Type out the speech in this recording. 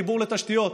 חיבור לתשתיות,